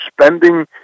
spending